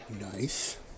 Nice